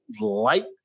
light